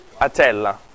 Atella